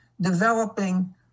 developing